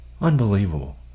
Unbelievable